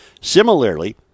Similarly